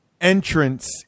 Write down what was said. entrance